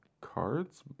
cards